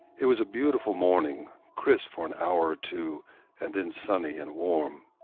it was a beautiful morning, crisp for an hour or two and then sunny and warm.